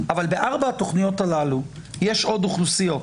אבל בארבע התוכניות הללו יש עוד אוכלוסיות,